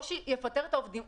או שיפטר את העובדים,